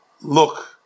look